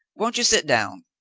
won't you sit down?